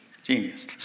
Genius